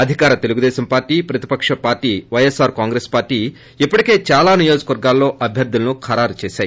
అదికార party Telugu Desam ప్రతిపక్ష party YSR Congress party ఇప్పటికే చాలా నియోజకవర్గాల్లో అభ్యర్థులను ఖరారు చేసాయి